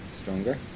stronger